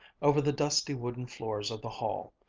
over the dusty wooden floors of the hall,